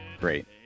great